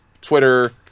Twitter